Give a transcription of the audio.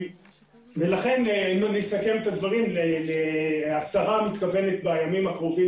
אם אסכם את הדברים: השרה מתכוונת בימים הקרובים